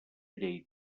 llei